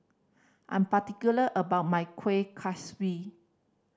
I'm particular about my Kueh Kaswi